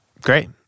Great